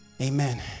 amen